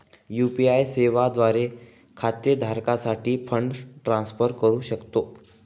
UPI सेवा द्वारे खाते धारकासाठी फंड ट्रान्सफर करू शकतो